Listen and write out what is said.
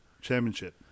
championship